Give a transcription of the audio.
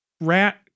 Rat